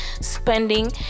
spending